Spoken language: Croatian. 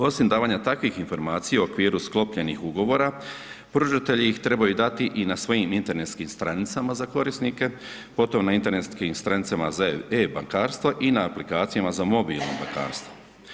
Osim davanja takvih informacija u okviru sklopljenih ugovora, pružatelji ih trebaju dati i na svojim internetskim stranicama za korisnike, potom na internetskim stranicama za e-bankarstva i na aplikacijama za mobilno bankarstvo.